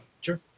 sure